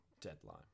deadline